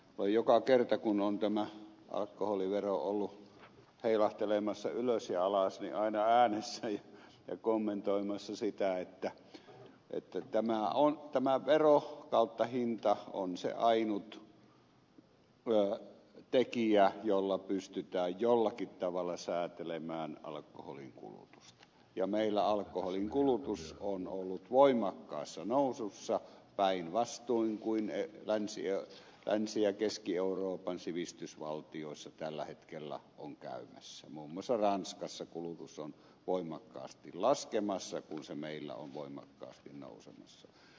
olen joka kerta kun on tämä alkoholivero ollut heilahtelemassa ylös ja alas niin aina äänessä ja kommentoimassa sitä että tämä hinta on se ainut tekijä jolla pystytään jollakin tavalla säätelemään alkoholin kulutusta ja meillä alkoholin kulutus on ollut voimakkaassa nousussa päinvastoin kuin länsi ja keski euroopan sivistysvaltioissa tällä hetkellä on käymässä muun muassa ranskassa kulutus on voimakkaasti laskemassa kun se meillä on voimakkaasti nousemassa